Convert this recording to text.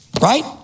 right